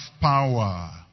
power